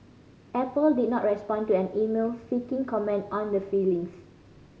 apple did not respond to an email seeking comment on the filings